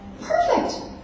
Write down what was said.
perfect